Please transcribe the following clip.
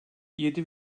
yedi